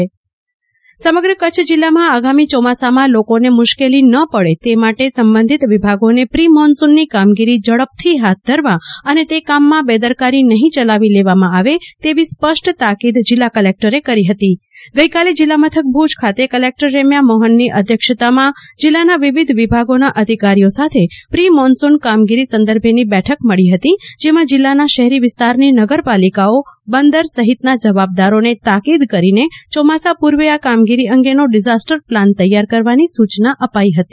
કેલ્પના શાહ જિલ્લામાં પ્રિમોન્સુન કામગીરી સમગ્ર કચ્છ જિલ્લામાં આગામી ચોમાસામાં લોકોને મુશ્કેલી ન પડે તે માટે સંબધિત વિભાગોને પ્રિ મોન્સૂનની કામગીરી ઝડપથી હાથ ધરવા અને તે કામમાં બેદરકારી નહી ચલાવી લેવામાં આવે તેવી સ્પષ્ટ તાકીદ જિલ્લા કલેકટરે કરી હતી ગઇકાલે જિલ્લા મથક ભુજ ખાતે કલેકટર રેમ્યા મોહનની અધ્યક્ષતામાં જિલ્લાના વિવિધ વિભાગોના અધિકારીઓ સાથે પ્રિ મોન્સૂન કામગીરી સંદર્ભે બેઠક મળી હતી જેમાં જિલ્લાના શહેરી વિસ્તારની નગરપાલિકાઓ બંદરસહિતના જવાબદારોને તાકીદ કરીને ઓમાસા પૂર્વે આ કામગીરી અંગેનો કિઝાસ્ટર પ્લાન તૈચાર કરવાની સૂચના અપાઈ હતી